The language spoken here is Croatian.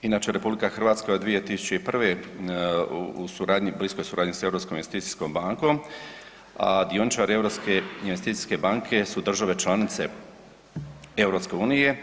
Inače RH je od 2001. u suradnji, bliskoj suradnji s Europskom investicijskom bankom, a dioničari Europske investicijske banke su države članice EU.